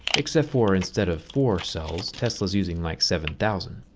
except for instead of four cells, tesla's using like seven thousand.